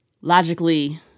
logically